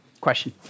Question